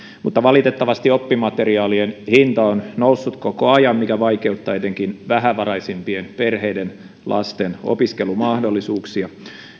mutta valitettavasti oppimateriaalien hinta on noussut koko ajan mikä vaikeuttaa etenkin vähävaraisimpien perheiden lasten opiskelumahdollisuuksia